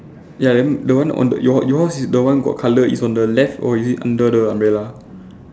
ya then the one on the your yours is the one got colour is on the left or is it under the umbrella